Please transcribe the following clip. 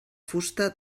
fusta